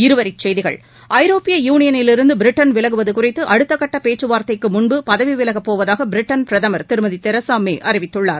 இருவரி செய்திகள் ஐரோப்பிய யூனியனிலிருந்து பிரிட்டன் விலகுவது குறித்து அடுத்தக்கட்ட பேச்சுவார்தைக்கு முன்பு பதவி விலகப் போவதாக பிரிட்டன் பிரதமர் திருமதி தெரசா மே அறிவித்துள்ளார்